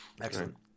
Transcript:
excellent